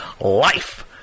life